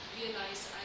realize